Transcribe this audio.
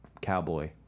cowboy